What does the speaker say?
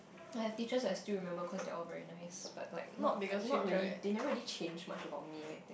I have teachers that I still remember cause they are all very nice but like not not really they never really change much about me in anything